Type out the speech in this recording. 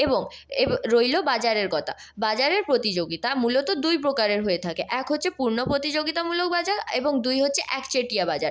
এবং রইল বাজারের কথা বাজারের প্রতিযোগিতা মূলত দুই প্রকারের হয়ে থাকে এক হচ্ছে পূর্ণ প্রতিযোগিতামূলক বাজার এবং দুই হচ্ছে একচেটিয়া বাজার